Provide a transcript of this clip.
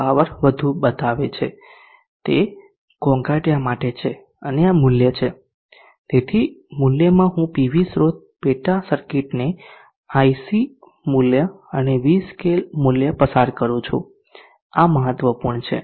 power બધું બતાવે છે કે તે ઘોંઘાટીયા માટે છે અને આ મૂલ્ય છે તેથી મૂલ્યમાં હું પીવી સ્રોત પેટા સર્કિટને IC મૂલ્ય અને V સ્કેલ મૂલ્ય પસાર કરું છું આ મહત્વપૂર્ણ છે